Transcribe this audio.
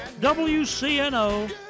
WCNO